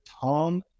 Tom